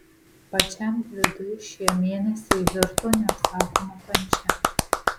pačiam gvidui šie mėnesiai virto neapsakoma kančia